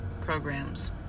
programs